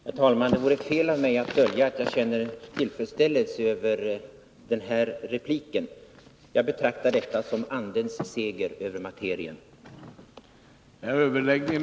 Herr talman! Det vore fel av mig att dölja att jag känner tillfredsställelse över den här repliken. Jag betraktar detta som andens seger över materien.